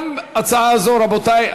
גם הצעה זו, רבותי,